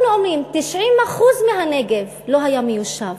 אנחנו אומרים, 90% מהנגב לא היה מיושב.